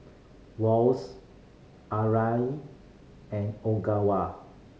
Wall's Arai and Ogawa